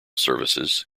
services